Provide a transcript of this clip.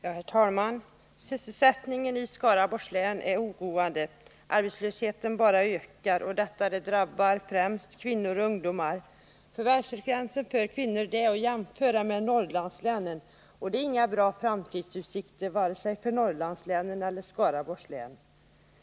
Herr talman! Sysselsättningsläget i Skaraborgs län är oroande. Arbetslösheten bara ökar, vilket främst drabbar kvinnor och ungdomar. Förvärvsfrekvensen när det gäller kvinnor är att jämföra med Norrlandslänens, och det är inga bra framtidsutsikter för vare sig Norrlandslänen eller Skaraborgs län.